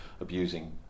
abusing